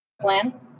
plan